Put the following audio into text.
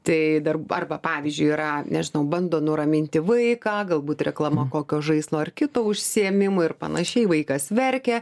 tai dar arba pavyzdžiui yra nežinau bando nuraminti vaiką galbūt reklama kokio žaislo ar kitu užsiėmimu ir panašiai vaikas verkia